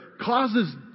causes